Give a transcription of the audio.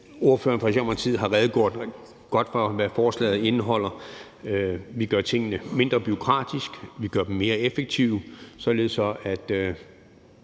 Ordføreren for Socialdemokratiet har redegjort godt for, hvad forslaget indeholder. Vi gør tingene mindre bureaukratiske, vi gør dem mere effektive, således at